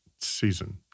season